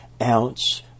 ounce